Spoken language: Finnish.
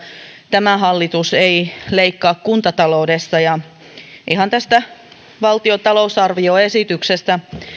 tämä hallitus ei leikkaa kuntataloudesta ja ihan tästä valtion talousarvioesityksestä